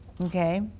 Okay